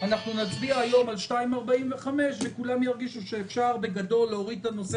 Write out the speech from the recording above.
נצביע היום על 2.45% וכולם ירגישו שאפשר להוריד את הנושא